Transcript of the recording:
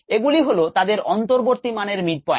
এগুলি হল তাদের অন্তর্বতী মানের mid point